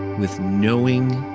with knowing.